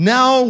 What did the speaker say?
Now